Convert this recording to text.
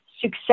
success